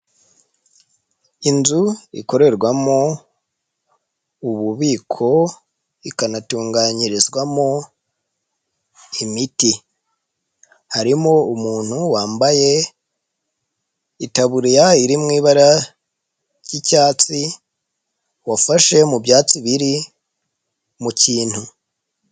Inzu ikorerwamo ububiko ikanatunganyirizwamo imiti, harimo umuntu wambaye itaburiya iri mu ibara ry'icyatsi wafashe mu byatsi biri mu kintu.